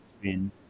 spin